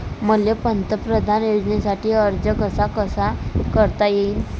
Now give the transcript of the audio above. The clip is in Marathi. मले पंतप्रधान योजनेसाठी अर्ज कसा कसा करता येईन?